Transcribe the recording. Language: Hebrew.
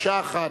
מקשה אחת.